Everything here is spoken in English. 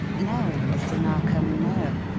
no, mr. narkom, no.